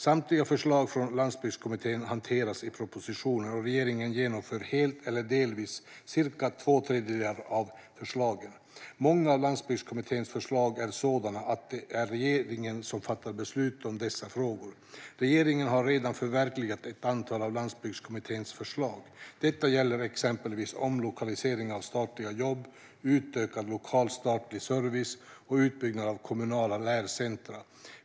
Samtliga förslag från Landsbygdskommittén hanteras i propositionen, och regeringen genomför helt eller delvis cirka två tredjedelar av förslagen. Många av Landsbygdskommitténs förslag är sådana att det är regeringen som fattar beslut om dem. Regeringen har redan förverkligat ett antal av Landsbygdskommitténs förslag. Det gäller exempelvis omlokalisering av statliga jobb, utökad lokal statlig service och utbyggnad av kommunala lärcentrum.